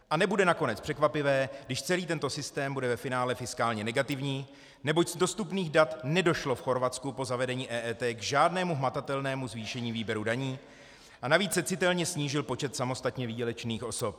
A nebude nakonec překvapivé, když celý tento systém bude ve finále fiskálně negativní, neboť z dostupných dat nedošlo v Chorvatsku po zavedení EET k žádnému hmatatelnému zvýšení výběru daní a navíc se citelně snížil počet samostatně výdělečných osob.